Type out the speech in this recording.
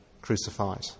crucified